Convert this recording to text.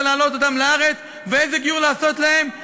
צריך להעלות אותם לארץ ואיזה גיור לעשות להם.